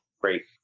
Great